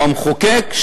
או המחוקק,